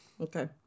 Okay